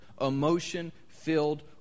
emotion-filled